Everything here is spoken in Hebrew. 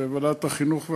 ועדת החינוך,